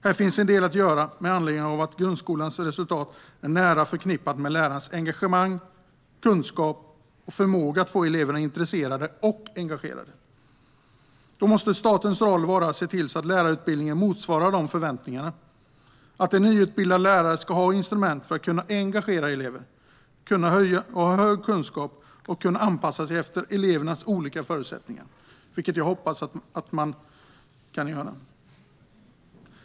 Här finns en del att göra med anledning av att grundskolans resultat är nära förknippade med lärares engagemang, kunskap och förmåga att få eleverna intresserade och engagerade. Statens roll måste vara att se till att lärarutbildningen motsvarar de förväntningarna. En nyutbildad lärare ska ha instrument för att kunna engagera elever, ska ha hög kunskap och ska kunna anpassa sig efter elevernas olika förutsättningar, vilket jag hoppas att man kan göra.